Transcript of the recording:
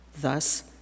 Thus